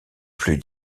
plus